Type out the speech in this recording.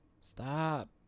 Stop